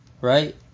right